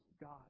God